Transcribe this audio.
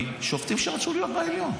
שופטים שרצו להיות בעליון.